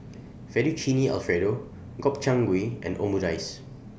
Fettuccine Alfredo Gobchang Gui and Omurice